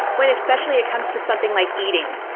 when especially it comes to something like eating.